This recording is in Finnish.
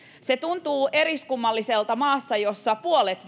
se tuntuu eriskummalliselta maassa jossa puolet